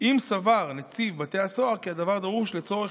אם סבר נציב בתי הסוהר כי הדבר דרוש לצורך